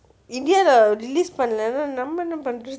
india leh release பன்னல னா நம்ம என்னா பண்ணுறது:pannala na namma enna pannurathu